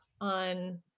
on